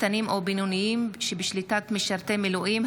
קטנים או בינוניים שבשליטת משרתי מילואים),